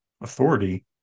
authority